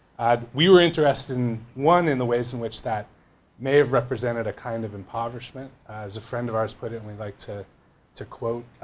we were interested in one, in the ways in which that may have represented a kind of impoverishment, as a friend of ours put it and we like to to quote,